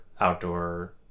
outdoor